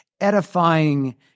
edifying